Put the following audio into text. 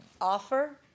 Offer